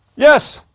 yes,